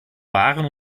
waren